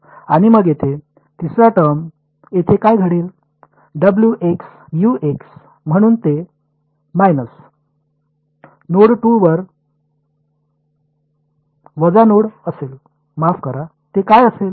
आणि मग येथे तिसरा टर्म येथे काय घडेल डब्ल्यू एक्स यू एक्स म्हणून ते नोड 2 वर वजा नोड असेल माफ करा ते काय असेल